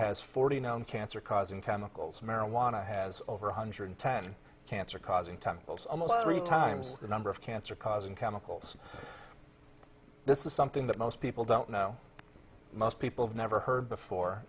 has forty nine cancer causing chemicals marijuana has over one hundred ten cancer causing chemicals almost three times the number of cancer causing chemicals this is something that most people don't know most people have never heard before